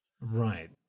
Right